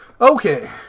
Okay